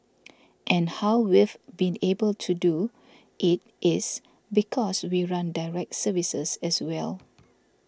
and how we've been able to do it is because we run direct services as well